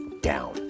down